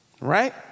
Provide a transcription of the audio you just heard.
right